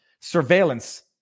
surveillance